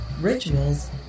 rituals